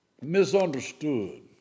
misunderstood